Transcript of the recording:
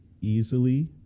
easily